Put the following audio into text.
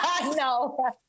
No